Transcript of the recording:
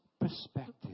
perspective